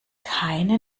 keine